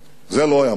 זה לא היה מובטח.